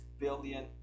billion